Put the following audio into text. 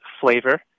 flavor